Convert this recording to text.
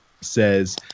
says